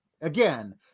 again